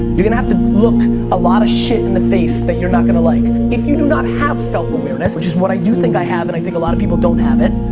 you're gonna have to look a lot of shit in the face that you're not gonna like. if you do not have self-awareness, which is what i do think i have and i think a lot of people don't have it,